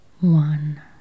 One